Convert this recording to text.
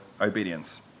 obedience